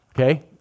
Okay